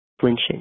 flinching